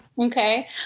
okay